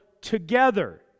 together